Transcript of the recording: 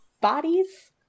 bodies